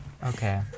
Okay